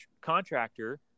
contractor